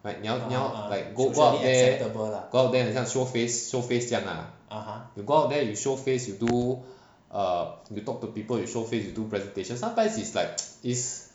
right 你要你要 like go out there go out there 很像 show face show face 这样啦 you go out there and you show face you do err you talk to people you show face you do presentations sometimes is like is